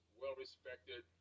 well-respected